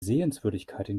sehenswürdigkeiten